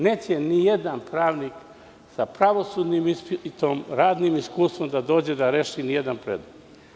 Neće nijedan pravnik sa pravosudnim ispitom, radnim iskustvom da dođe da reši ni jedan predmet.